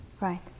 Right